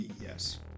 Yes